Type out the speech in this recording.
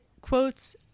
quotes